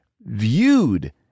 viewed